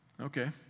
Okay